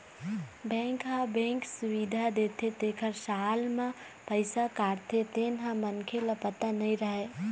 bank ह bank सुबिधा देथे तेखर साल म पइसा काटथे तेन ह मनखे ल पता नइ रहय